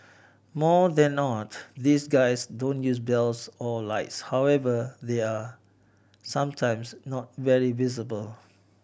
more than not these guys don't use bells or lights however they are sometimes not very visible